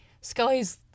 Scully's